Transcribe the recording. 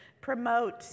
promote